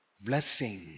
blessing